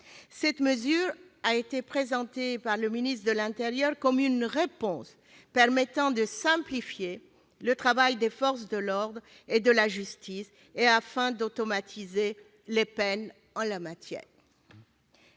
Cette mesure a été présentée par le ministre de l'intérieur comme une réponse permettant de simplifier le travail des forces de l'ordre et de la justice et visant à automatiser les peines en la matière.